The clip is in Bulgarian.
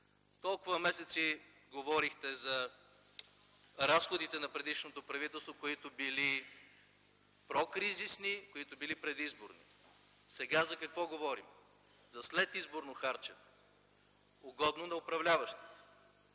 Толкова месеци говорихте за разходите на предишното правителство, които били прокризисни, които били предизборни. Сега за какво говорим? За следизборно харчене, угодно на управляващите.